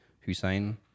Hussein